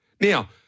Now